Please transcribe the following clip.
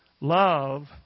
Love